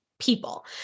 people